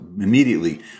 immediately